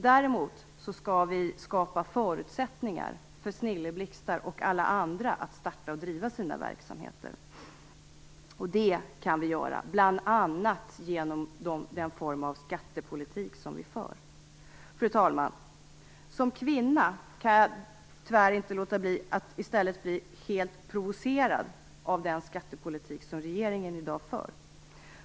Däremot skall vi skapa förutsättningar för snilleblixtar och alla andra att starta och driva sina verksamheter. Det kan vi göra bl.a. genom den form av skattepolitik som vi för. Fru talman! Som kvinna kan jag tyvärr inte låta bli att bli provocerad av den skattepolitik som regeringen i dag för.